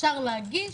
אפשר להגיש,